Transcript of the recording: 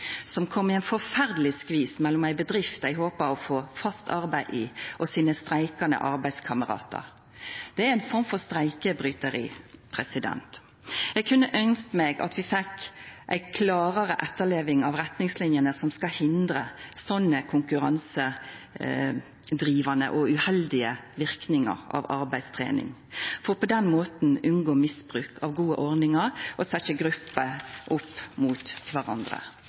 som kom i ein forferdeleg skvis mellom ei bedrift dei håpa å få fast arbeid i, og sine streikande arbeidskameratar. Det er ei form for streikebryteri. Eg kunne ønskt meg at vi fekk ei klarare etterleving av retningslinjene som skal hindra sånne konkurransedrivande og uheldige verknader av arbeidstrening, for på den måten å unngå misbruk av gode ordningar og setja grupper opp mot kvarandre.